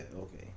Okay